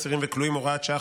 אסירים וכלואים (הוראת שעה,